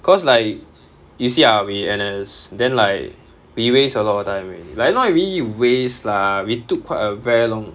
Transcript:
cause like you see ah we N_S then like we waste a lot of time already like not really waste lah we took quite a very long